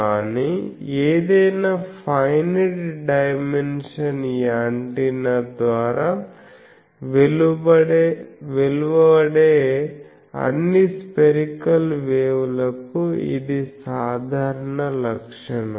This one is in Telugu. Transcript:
కానీ ఏదైనా ఫైనైట్ డైమెన్షన్ యాంటెన్నా ద్వారా వెలువడే అన్ని స్పెరికల్ వేవ్ లకు ఇది సాధారణ లక్షణం